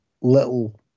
little